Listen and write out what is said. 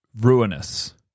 ruinous